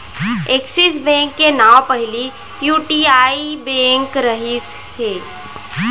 axis bank के नांव पहिली यूटीआई बेंक रहिस हे